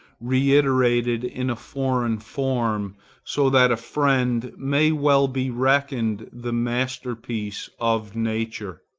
reiterated in a foreign form so that a friend may well be reckoned the masterpiece of nature.